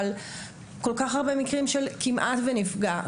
אבל כל כך הרבה מקרים של כמעט פגיעה,